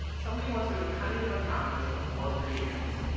somebody wants to know can you live on campus for all three years?